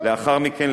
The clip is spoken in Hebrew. לאחר מכן,